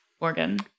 Morgan